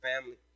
family